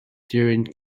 during